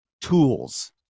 tools